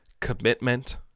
commitment